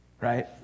right